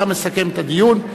אתה מסכם את הדיון.